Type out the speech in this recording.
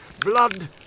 Blood